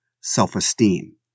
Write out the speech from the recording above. self-esteem